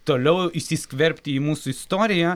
toliau įsiskverbti į mūsų istoriją